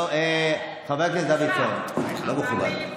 חבר הכנסת דוידסון, זה לא מכובד.